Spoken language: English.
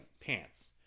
Pants